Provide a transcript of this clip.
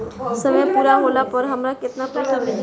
समय पूरा होला पर हमरा केतना पइसा मिली?